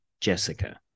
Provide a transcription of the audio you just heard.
Jessica